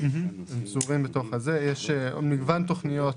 יש מגוון תוכניות,